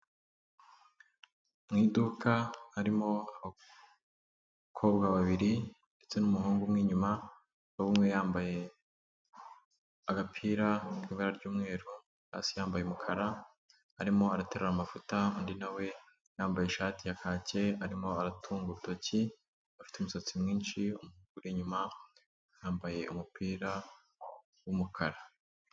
Mu iduka harimo abakobwa babiri ndetse n'umuhungu umwe inyuma, umwe yambaye agapira k'ibara ry'umweru hasi yambaye umukara, arimo araterura amavuta, undi na we yambaye ishati ya kaki arimo aratunga urutoki, afite umusatsi mwinshi uri inyuma, yambaye umupira w'umukara.